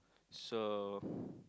so